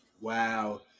wow